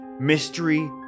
mystery